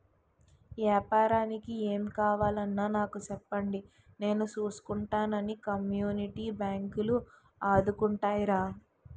ఏపారానికి ఏం కావాలన్నా నాకు సెప్పండి నేను సూసుకుంటానని కమ్యూనిటీ బాంకులు ఆదుకుంటాయిరా